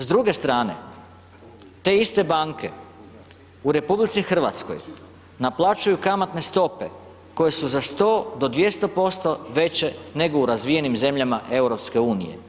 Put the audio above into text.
S druge strane te iste banke u RH naplaćuju kamatne stope koje su za 100 do 200% veće nego u razvijenim zemljama EU.